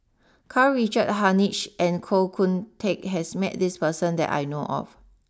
Karl Richard Hanitsch and Koh Kun Teck has met this person that I know of